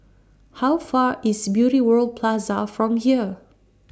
How Far IS Beauty World Plaza from here